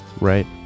right